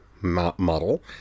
model